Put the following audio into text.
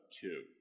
two